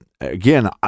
again